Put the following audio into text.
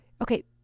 Okay